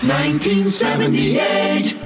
1978